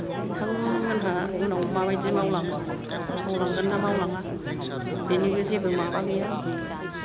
बिथां मोनहा उनाव मा बायदि मावलाङो मावलांगोन ना मावलाङा बिनिबो जेबो माबा गैया